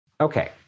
Okay